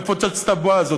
לפוצץ את הבועה הזאת.